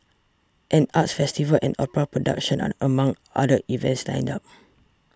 an arts festival and opera production are among other events lined up